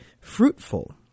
fruitful